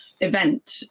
event